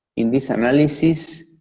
in this analysis,